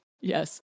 Yes